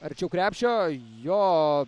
arčiau krepšio jo